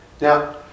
Now